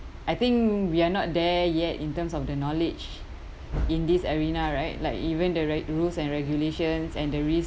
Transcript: I think we're not there yet in terms of the knowledge in this arena right like even the re~ rules and regulations and the risks